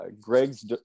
Greg's